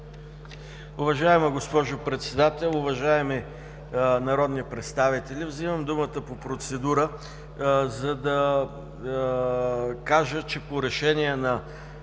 Уважаема госпожо Председател, уважаеми народни представители! Взимам думата по процедура, за да кажа, че по решение на